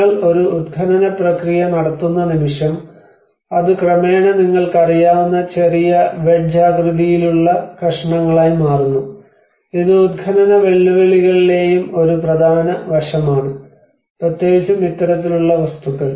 നിങ്ങൾ ഒരു ഉത്ഖനന പ്രക്രിയ നടത്തുന്ന നിമിഷം അത് ക്രമേണ നിങ്ങൾക്കറിയാവുന്ന ചെറിയ വെഡ്ജ് ആകൃതിയിലുള്ള കഷണങ്ങളായി മാറുന്നു ഇത് ഉത്ഖനന വെല്ലുവിളികളിലെയും ഒരു പ്രധാന വശമാണ് പ്രത്യേകിച്ചും ഇത്തരത്തിലുള്ള വസ്തുക്കൾ